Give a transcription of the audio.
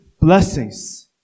blessings